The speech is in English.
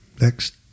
Next